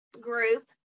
group